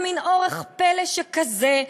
במין אורח פלא שכזה,